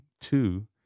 two